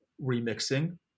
remixing